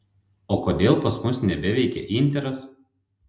o kodėl pas mus nebeveikia interas